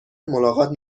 ملاقات